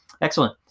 Excellent